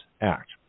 act